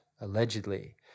allegedly